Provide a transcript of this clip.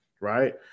right